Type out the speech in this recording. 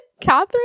Catherine